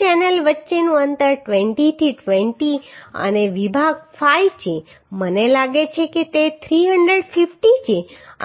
2 channel વચ્ચેનું અંતર 20 થી 20 અને વિભાગ 5 છે મને લાગે છે કે તે 350 છે